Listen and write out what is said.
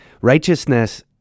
Righteousness